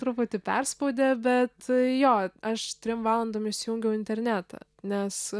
truputį perspaudė bet jo aš trim valandom išsijungiau internetą nes